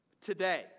Today